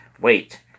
wait